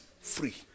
Free